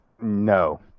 No